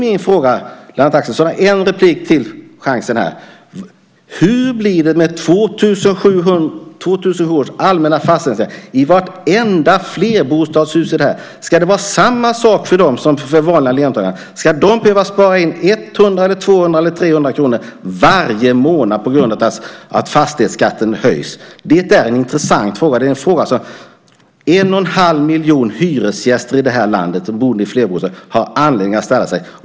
Lennart Axelsson har en replik till. Nu är min fråga: Hur blir det med 2007 års allmänna fastighetstaxering? Det gäller vartenda flerbostadshus. Ska det vara samma sak för dem? Ska de behöva spara in 100 eller 200 eller 300 kr varje månad på grund av att fastighetsskatten höjs? Det är en intressant fråga. Det är en fråga som en och en halv miljon hyresgäster i det här landet, boende i flerbostadshus, har anledning att ställa sig.